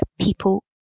people